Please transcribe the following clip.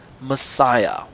Messiah